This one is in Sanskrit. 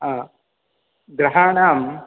आ ग्रहाणां